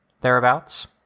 thereabouts